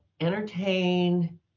entertain